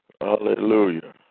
Hallelujah